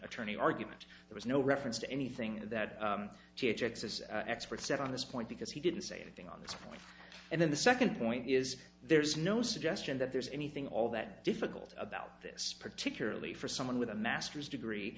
attorney argument there is no reference to anything that she objects as expert said on this point because he didn't say anything on this one and then the second point is there's no suggestion that there's anything all that difficult about this particularly for someone with a master's degree